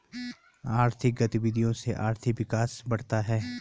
आर्थिक गतविधियों से आर्थिक विकास बढ़ता है